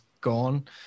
gone